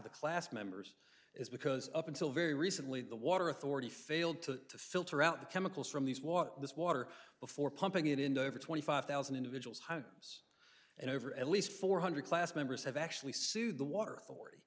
the class members is because up until very recently the water authority failed to filter out the chemicals from these was this water before pumping it into over twenty five thousand individuals homes and over at least four hundred class members have actually sued the water